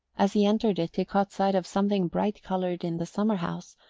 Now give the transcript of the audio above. as he entered it he caught sight of something bright-coloured in the summer-house,